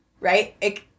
Right